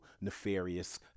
nefarious